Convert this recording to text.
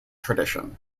tradition